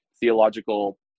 theological